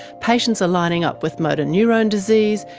patients are lining up with motor neurone disease,